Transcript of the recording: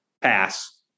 Pass